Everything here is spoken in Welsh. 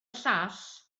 llall